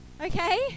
Okay